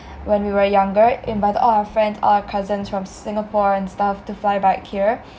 when we were younger invited all friends all our cousins from singapore and stuff to fly back here